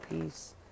peace